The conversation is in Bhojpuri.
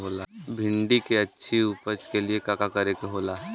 भिंडी की अच्छी उपज के लिए का का करे के होला?